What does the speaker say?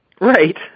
right